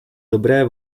dobré